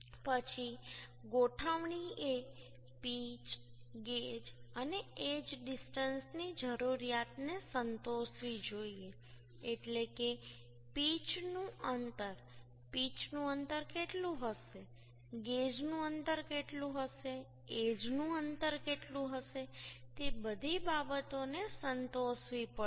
પછી ગોઠવણીએ pitch gauge અને એજ ડિસ્ટન્સ ની જરૂરિયાતને સંતોષવી જોઈએ એટલે કે પીચનું અંતર પીચનું અંતર કેટલું હશે ગેજનું અંતર કેટલું હશે એજનું અંતર કેટલું હશે તે બધી બાબતોને સંતોષવી પડશે